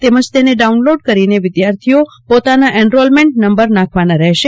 તેમજ તેને ડાઉનલોડ કરીને વિદ્યાર્થીઓએ પોતાનો એનરોલમેન્ટ નંબર નાંખવાનો રહેશે